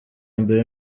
mbere